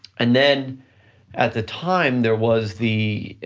and then at the time there was the,